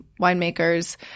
winemakers